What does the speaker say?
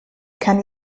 kann